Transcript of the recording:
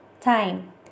time